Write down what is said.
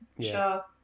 Sure